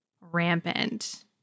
rampant